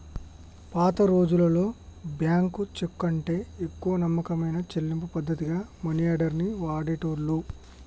పాతరోజుల్లో బ్యేంకు చెక్కుకంటే ఎక్కువ నమ్మకమైన చెల్లింపు పద్ధతిగా మనియార్డర్ ని వాడేటోళ్ళు